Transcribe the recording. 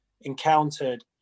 encountered